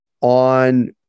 on